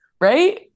Right